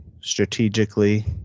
strategically